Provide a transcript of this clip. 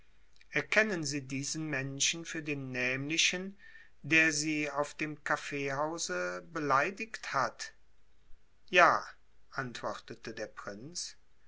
erkennen sie diesen menschen für den nämlichen der sie auf dem kaffeehause beleidigt hat ja antwortete der prinz